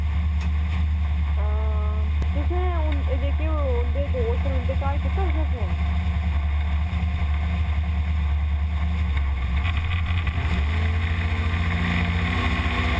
हां तुसें हुन जेह्के ओ उंदे दोस्त न उंदे घर कीता तुसें फोन